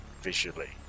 visually